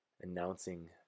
announcing